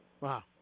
Wow